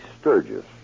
Sturgis